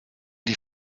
die